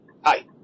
Hi